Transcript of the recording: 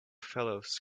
fellows